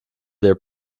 their